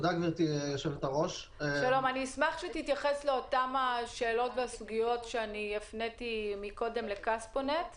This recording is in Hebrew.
אני אשמח שתתייחס לאותן השאלות והסוגיות שהפניתי קודם לכספונט.